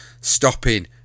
stopping